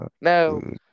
No